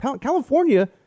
california